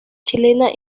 chilena